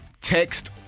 text